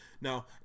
Now